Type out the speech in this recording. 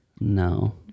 No